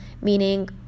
meaning